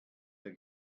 der